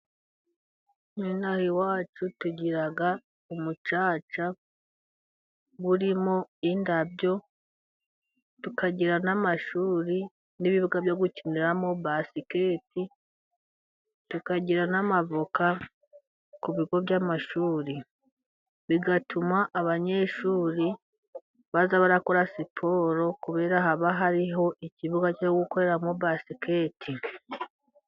N'ino aha iwacu tugira umucaca urimo indabyo. Tukagira n'amashuri, n'ibibuga byo gukiniramo basikete. Tukagira n'amavoka ku bigo by'amashuri, bigatuma abanyeshuri bajya bakora siporo, kubera haba hariho ikibuga cyo gukoreramo basikete.